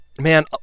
man